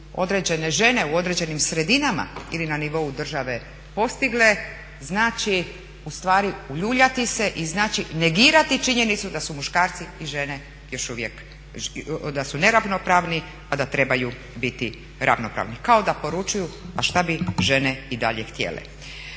određene žene su u određenim sredinama ili na nivou države postigle znači ustvari uljuljati i znači negirati činjenicu da su muškarci i žene još uvijek neravnopravni, a da trebaju biti ravnopravni. Kao da poručuju pa što bi žene i dalje htjele.